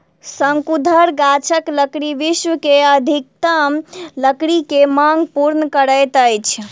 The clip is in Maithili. शंकुधर गाछक लकड़ी विश्व के अधिकतम लकड़ी के मांग पूर्ण करैत अछि